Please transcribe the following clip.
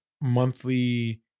monthly